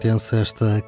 esta